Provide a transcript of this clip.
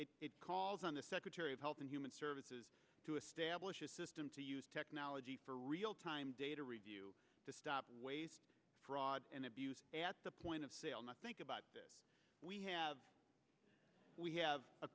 it calls on the secretary of health and human services to establish a system to use technology for real time data review to stop waste fraud and abuse at the point of sale not think about this we have we have a